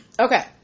Okay